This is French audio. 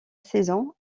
saison